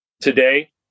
Today